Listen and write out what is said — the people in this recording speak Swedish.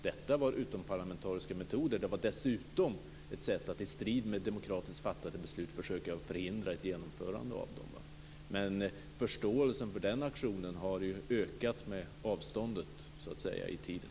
Det var fråga om utomparlamentariska metoder, och det var dessutom ett sätt att försöka förhindra ett genomförande av demokratiskt fattade beslut. Förståelsen för den aktionen har ju ökat med avståndet i tiden.